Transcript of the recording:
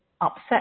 upset